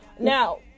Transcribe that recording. Now